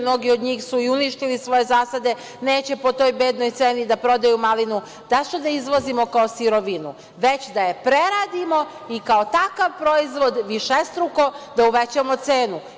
Mnogi od njih su i uništili svoje zasade, neće po toj bednoj ceni da prodaju malinu, tačno da izvozimo kao sirovinu, već da je preradimo i kao takav proizvod višestruko da uvećavamo cenu.